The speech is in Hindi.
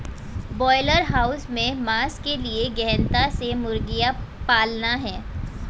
ब्रॉयलर हाउस में मांस के लिए गहनता से मुर्गियां पालना है